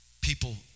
People